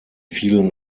vielen